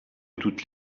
toutes